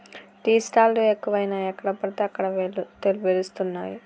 tea stall లు ఎక్కువయినాయి ఎక్కడ పడితే అక్కడ వెలుస్తానయ్